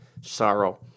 sorrow